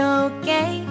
okay